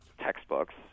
textbooks